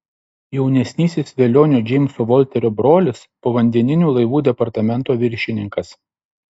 jaunesnysis velionio džeimso volterio brolis povandeninių laivų departamento viršininkas